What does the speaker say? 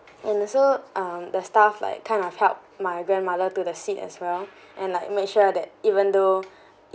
and also um the staff like kind of help my grandmother to the seat as well and like make sure that even though